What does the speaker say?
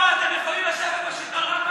אבל לא נורא, אתם יכולים לשבת בשלטון רק,